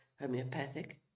homeopathic